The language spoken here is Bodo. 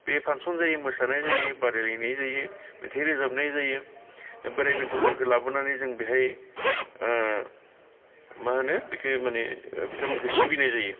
बे फांसन जायो मोसानाय जायो बादायलायनाय जायो मेथाइ रोजाबनाय जायो बोराइ बेनथ'फोरखो लाबोनानै जों बेहाय ओ माहोनो बेखो माने बिथांमोनखो सिबिनाय जायो